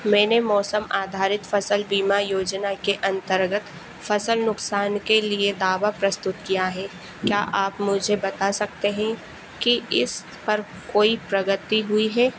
मैंने मौसम आधारित फसल बीमा योजना के अंतर्गत फसल नुकसान के लिए दावा प्रस्तुत किया है क्या आप मुझे बता सकते हैं कि इस पर कोई प्रगति हुई है